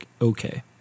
Okay